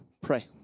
pray